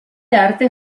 arte